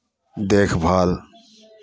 देखभाल